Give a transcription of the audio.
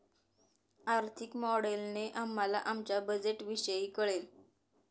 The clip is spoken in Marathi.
आर्थिक मॉडेलने आम्हाला आमच्या बजेटविषयी कळेल